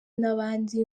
n’abandi